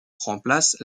remplace